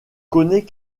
connaît